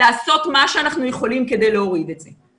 לעשות מה שאנחנו יכולים כדי להוריד את זה.